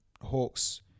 Hawks